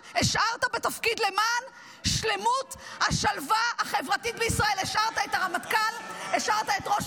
למען שלמות השלווה החברתית בישראל השארת את הרמטכ"ל,